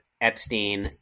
Epstein